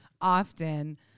often